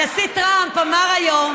הנשיא טראמפ אמר היום,